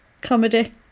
comedy